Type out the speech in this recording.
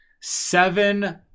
seven